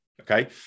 Okay